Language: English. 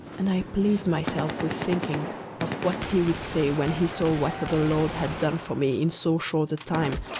and i pleased myself with thinking of what he would say when he saw what the the lord had done for me in so short a time,